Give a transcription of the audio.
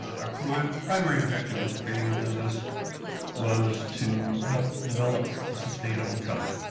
our primary primary objective with creating a business was to help develop a sustainable tuck.